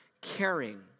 caring